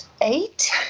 eight